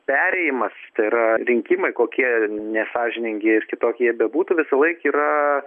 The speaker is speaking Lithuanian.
perėjimas tai yra rinkimai kokie nesąžiningi ir kitokie jie bebūtų visąlaik yra